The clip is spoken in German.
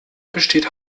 besteht